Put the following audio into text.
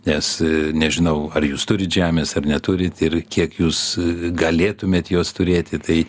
nes nežinau ar jūs turit žemės ar neturit ir kiek jūs galėtumėt jos turėti tai